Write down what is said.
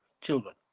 children